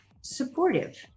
supportive